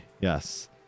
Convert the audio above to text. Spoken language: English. Yes